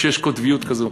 כשיש קוטביות כזו.